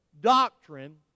doctrine